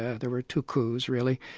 ah there were two coups really.